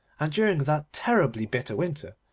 and during that terribly bitter winter,